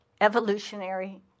evolutionary